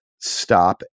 stop